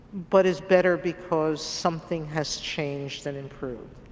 but is better because something has changed and improved.